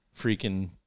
freaking